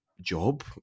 job